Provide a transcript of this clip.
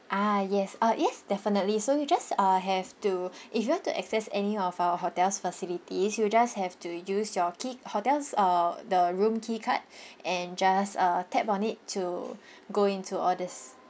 ah yes uh yes definitely so you just uh have to if you want to access any of our hotel's facilities you just have to use your key hotel's uh the room key card and just uh tap on it to go in to all these